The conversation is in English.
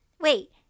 Wait